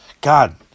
God